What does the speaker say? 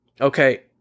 okay